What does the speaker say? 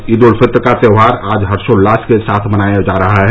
ईद उल फित्र का त्यौहार आज हर्षोल्लास के साथ मनाया जा रहा है